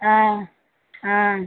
ஆ ஆ